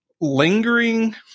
lingering